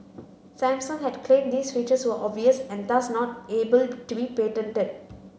Samsung had claimed these features were obvious and thus not able to be patented